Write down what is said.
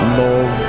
love